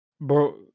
bro